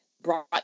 brought